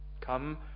come